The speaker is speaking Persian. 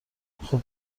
خوب